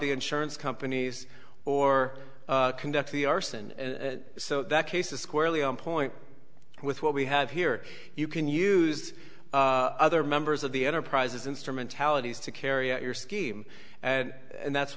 the insurance companies or conduct the arson and so that case is squarely on point with what we have here you can use other members of the enterprises instrumentalities to carry out your scheme and that's